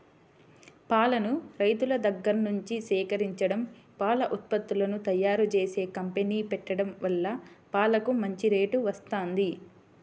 పాలను రైతుల దగ్గర్నుంచి సేకరించడం, పాల ఉత్పత్తులను తయ్యారుజేసే కంపెనీ పెట్టడం వల్ల పాలకు మంచి రేటు వత్తంది